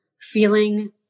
feeling